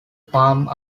palm